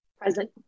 Present